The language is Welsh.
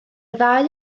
ddau